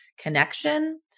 connection